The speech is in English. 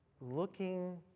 looking